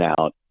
out